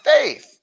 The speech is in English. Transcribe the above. faith